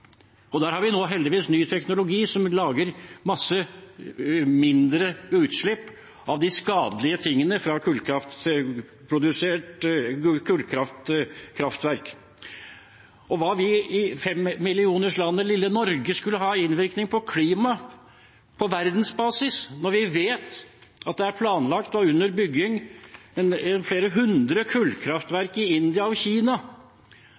og der har vi nå heldigvis ny teknologi som lager mindre utslipp av de skadelige tingene fra kullkraftverk. Og hva skulle vi i femmillionerslandet lille Norge ha av innvirkning på klimaet på verdensbasis, når vi vet at flere hundre kullkraftverk i India og Kina er planlagt